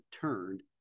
turned